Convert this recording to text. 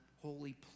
holy